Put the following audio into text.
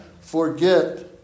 Forget